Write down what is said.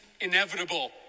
inevitable